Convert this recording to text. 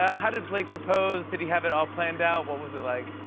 ah how did blake propose? did he have it all planned out? what was it like?